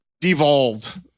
devolved